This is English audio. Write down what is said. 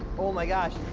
oh, my gosh.